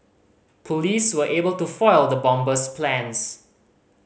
police were able to foil the bomber's plans